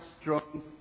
strong